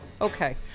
Okay